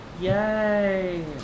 Yay